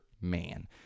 Man